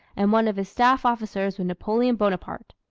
and one of his staff officers was napoleon bonaparte.